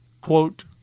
quote